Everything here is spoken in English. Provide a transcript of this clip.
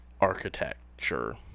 architecture